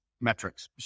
metrics